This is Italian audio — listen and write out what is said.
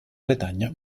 bretagna